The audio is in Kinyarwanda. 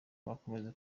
mukomeze